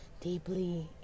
deeply